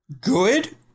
good